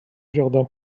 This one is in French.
jardin